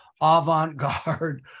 avant-garde